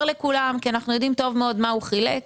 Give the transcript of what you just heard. כי אנחנו יודעם טוב מאוד מה הוא חילק,